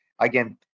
again